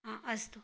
अस्तु